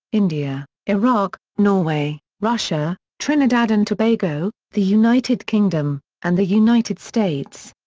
india, iraq, norway, russia, trinidad and tobago, the united kingdom, and the united states.